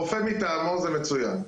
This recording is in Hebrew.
רופא מטעמו זה מצוין.